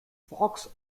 fox